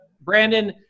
Brandon